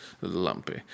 Lumpy